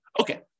Okay